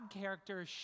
character